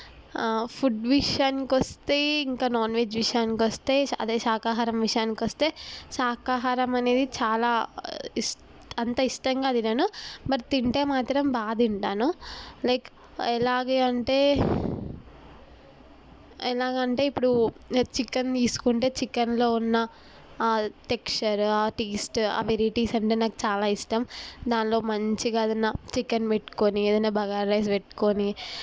food విషయానికి వస్తే ఇంకా నాన్వెజ్ విషయానికి వస్తే అదే శాకాహారం విషయానికి వస్తే శాకాహారం అనేది చాలా ఇష్ట అంత ఇష్టంగా తినను మరి తింటే మాత్రం బాగా తింటాను లైక్ ఎలాగే అంటే ఎలాగంటే ఇప్పుడు నేను చికెన్ తీసుకుంటే చికెన్లో ఉన్న ఆ టెక్స్టైర్ ఆ టేస్ట్ ఆ వెరైటీస్ అంటే నాకు చాలా ఇష్టం దాంలో మంచిగా అది నా చికెన్ పెట్టుకుని ఏదైనా బగారా రైస్ పెట్టుకొని